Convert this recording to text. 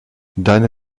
deine